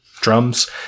drums